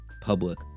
public